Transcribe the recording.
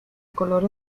color